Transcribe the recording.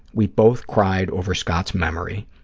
we both cried over scott's memory.